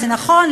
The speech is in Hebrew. וזה נכון,